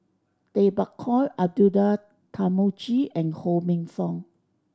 Tay Bak Koi Abdullah Tarmugi and Ho Minfong